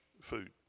food